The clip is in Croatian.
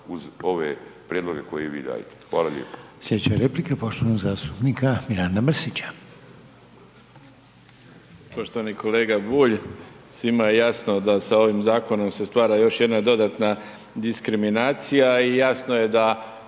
uz ove prijedloge koje i vi dajete. Hvala lijepo.